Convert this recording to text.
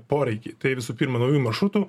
poreikiai tai visų pirma naujų maršrutų